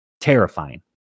terrifying